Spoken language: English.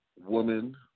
woman